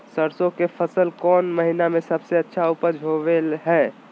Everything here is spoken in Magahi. सरसों के फसल कौन महीना में सबसे अच्छा उपज होबो हय?